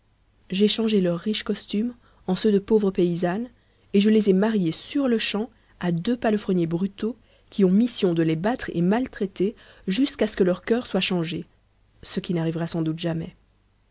j'ai changé leurs riches costumes en ceux de pauvres paysannes et je les ai mariées sur-le-champ avec deux palefreniers brutaux qui ont mission de les battre et maltraiter jusqu'à ce que leur coeur soit changé ce qui n'arrivera sans doute jamais